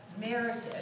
merited